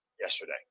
yesterday